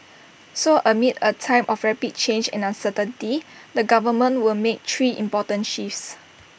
so amid A time of rapid change and uncertainty the government will make three important shifts